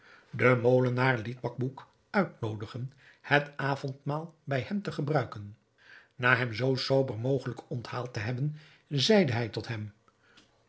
de molenaar liet bacbouc uitnoodigen het avondmaal bij hem te gebruiken na hem zoo sober mogelijk onthaald te hebben zeide hij tot hem